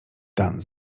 dan